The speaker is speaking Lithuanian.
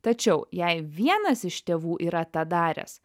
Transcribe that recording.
tačiau jei vienas iš tėvų yra tą daręs